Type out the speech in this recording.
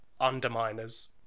underminers